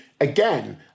Again